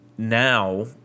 Now